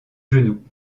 genoux